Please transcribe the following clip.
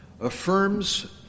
affirms